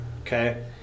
okay